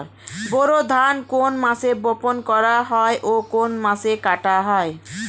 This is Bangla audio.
বোরো ধান কোন মাসে বপন করা হয় ও কোন মাসে কাটা হয়?